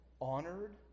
honored